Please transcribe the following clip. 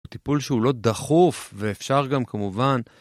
טיפול שהוא לא דחוף ואפשר גם כמובן